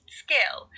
skill